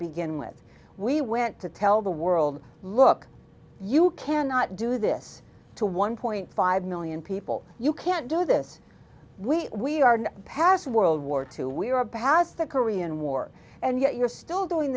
begin with we went to tell the world look you cannot do this to one point five million people you can't do this we are not past world war two we are past the korean war and yet you're still doing